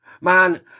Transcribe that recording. Man